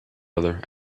other